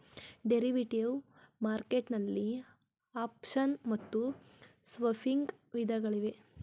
derivative market ನಲ್ಲಿ option ಮತ್ತು swapping ವಿಧಗಳಿವೆ